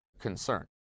concern